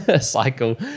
cycle